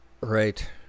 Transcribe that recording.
right